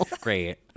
Great